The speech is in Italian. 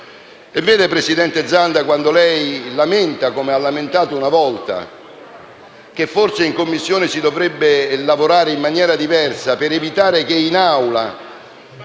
Vede, presidente Zanda, quando lei lamenta (come ha fatto una volta), che forse in Commissione si dovrebbe lavorare in maniera diversa per evitare che in